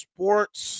Sports